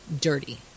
dirty